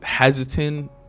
hesitant